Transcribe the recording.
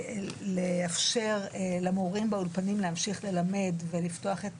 לאפשר למורים באולפנים להמשיך ללמד ולפתוח את